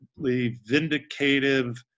vindicative